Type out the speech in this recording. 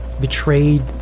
betrayed